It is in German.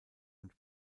und